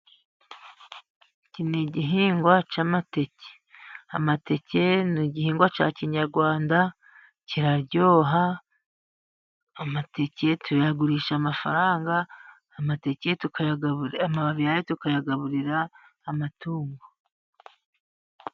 Iki ni igihingwa cy'amateke, amateke ni igihingwa cya kinyarwanda kiraryoha, amateke tuyagurisha amafaranga, amateke amababi yayo tukayagaburira amatungo.